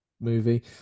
movie